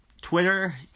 Twitter